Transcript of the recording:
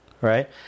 right